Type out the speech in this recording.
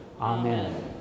amen